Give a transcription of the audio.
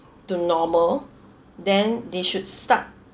to normal then they should start